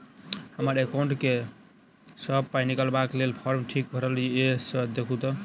हम्मर एकाउंट मे सऽ पाई निकालबाक लेल फार्म ठीक भरल येई सँ देखू तऽ?